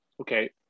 Okay